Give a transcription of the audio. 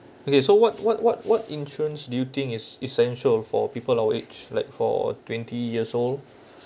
okay so what what what what insurance do you think is essential for people our age like for twenty years old